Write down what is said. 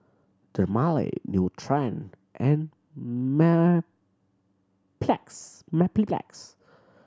Dermale Nutren and Mepilex